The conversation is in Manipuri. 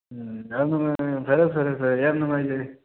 ꯎꯝ ꯌꯥꯝ ꯅꯨꯡꯉꯥꯏꯔꯦ ꯐꯔꯦ ꯐꯔꯦ ꯐꯔꯦ ꯌꯥꯝ ꯅꯨꯡꯉꯥꯏꯖꯔꯦ